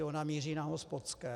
Ona míří na hospodské.